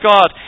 God